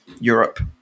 europe